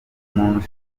amabuye